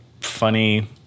funny